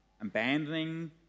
abandoning